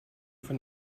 von